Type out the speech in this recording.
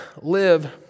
live